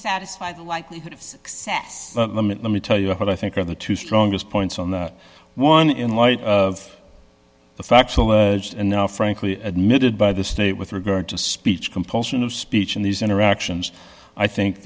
satisfy the likelihood of success let me tell you what i think are the two strongest points on that one in light of the facts alleged and now frankly admitted by the state with regard to speech compulsion of speech in these interactions i think